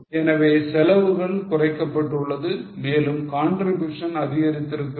எனவே செலவுகள் குறைக்கப்பட்டுள்ளது மேலும் contribution அதிகரித்திருக்கிறது